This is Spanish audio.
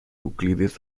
euclides